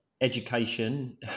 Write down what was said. education